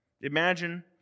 Imagine